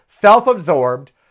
self-absorbed